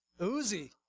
Uzi